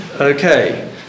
Okay